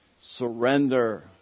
Surrender